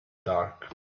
dark